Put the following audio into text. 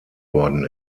worden